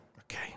Okay